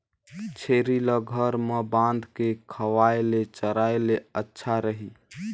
छेरी ल घर म बांध के खवाय ले चराय ले अच्छा रही?